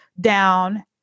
down